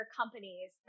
companies